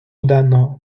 денного